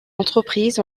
entreprise